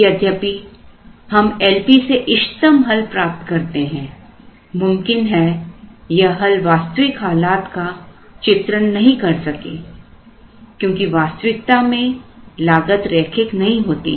यद्यपि हम LP से इष्टतम हल प्राप्त करते हैं मुमकिन है यह हल वास्तविक हालात का चित्रण नहीं कर सके क्योंकि वास्तविकता में लागत रैखिक नहीं होती है